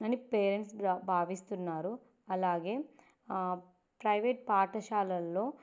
అని పేరెంట్స్ భావిస్తున్నారు అలాగే ప్రైవేట్ పాఠశాలల్లో